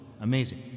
Amazing